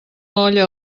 olla